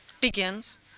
begins